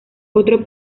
otro